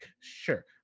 Sure